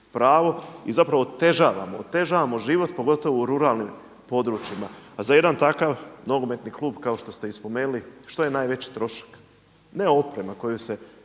otežavamo, otežavamo život pogotovo u ruralnim područjima. A za jedan takav nogometni klub kao što ste i spomenuli, što je najveći trošak? Ne oprema koju se